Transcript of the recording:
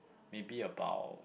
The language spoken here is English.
maybe about